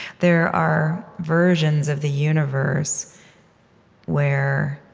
there are versions of the universe where